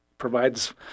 provides